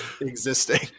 existing